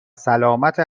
سلامت